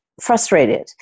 frustrated